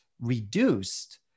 reduced